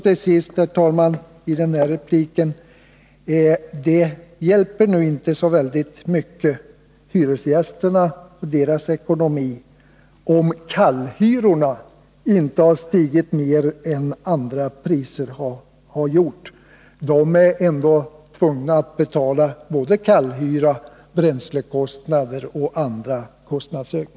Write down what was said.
Till sist i denna replik: Det hjälper inte hyresgästerna och deras ekonomi att kallhyrorna inte har stigit mer än andra priser. De är ändå tvungna att betala både kallhyra, bränslekostnader och andra kostnadsökningar.